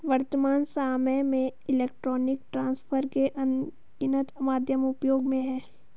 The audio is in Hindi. वर्त्तमान सामय में इलेक्ट्रॉनिक ट्रांसफर के अनगिनत माध्यम उपयोग में हैं